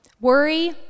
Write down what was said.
worry